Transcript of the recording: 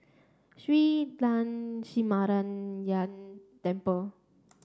Shree Lakshminarayanan Temple